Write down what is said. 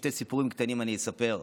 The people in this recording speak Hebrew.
שני סיפורים קטנים אספר.